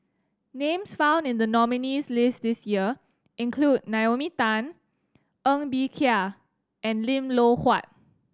names found in the nominees' list this year include Naomi Tan Ng Bee Kia and Lim Loh Huat